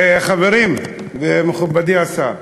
חברים ומכובדי השר,